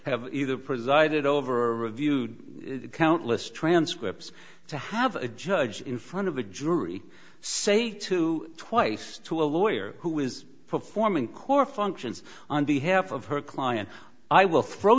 have either presided over a review countless transcripts to have a judge in front of a jury say to twice to a lawyer who is performing core functions on behalf of her client i will throw